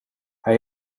hij